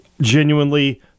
Genuinely